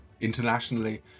internationally